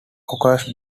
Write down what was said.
occurs